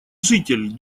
житель